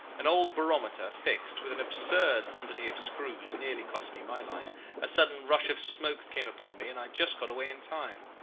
an old barometer fixed with an absurd quantity of screws nearly cost me my life a sudden rush of smoke came upon me, and i just got away in time.